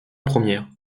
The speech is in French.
première